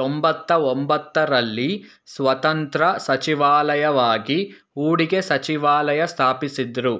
ತೊಂಬತ್ತಒಂಬತ್ತು ರಲ್ಲಿ ಸ್ವತಂತ್ರ ಸಚಿವಾಲಯವಾಗಿ ಹೂಡಿಕೆ ಸಚಿವಾಲಯ ಸ್ಥಾಪಿಸಿದ್ದ್ರು